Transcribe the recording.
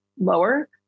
lower